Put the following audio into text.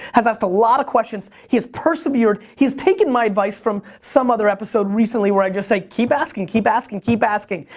has asked a lot of questions. he has persevered, he has taken my advice from some other episode recently, where i just say, keep asking, keep asking, keep asking.